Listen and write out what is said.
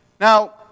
Now